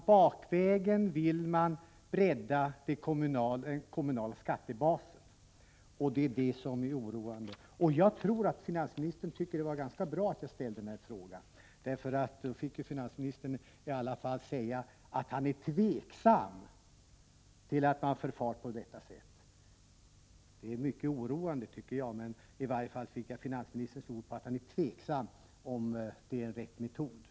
Bakvägen vill man bredda den kommunala skattebasen, och det är det som är oroande. Jag tror att finansministern tycker att det var ganska bra att jag ställde den här frågan, eftersom finansministern då i alla fall fick säga att han är tveksam till att man förfar på detta sätt. Det här är, som sagt, mycket oroande, men jag fick i alla fall finansministerns ord på att han är tveksam om det riktiga i metoden.